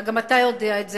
גם אתה יודע את זה,